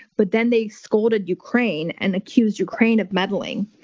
but then they scolded ukraine and accused ukraine of meddling,